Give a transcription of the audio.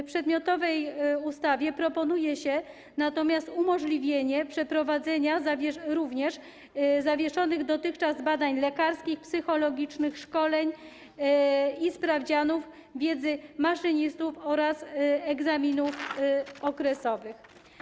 W przedmiotowej ustawie proponuje się również umożliwienie przeprowadzenia zawieszonych dotychczas badań lekarskich, psychologicznych, szkoleń i sprawdzianów wiedzy maszynistów oraz egzaminów okresowych.